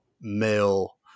male